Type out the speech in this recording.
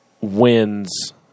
wins